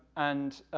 and,